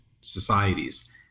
societies